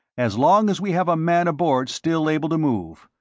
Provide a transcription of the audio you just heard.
as long as we have a man aboard still able to move.